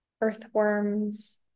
earthworms